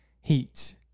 heat